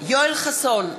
יואל חסון,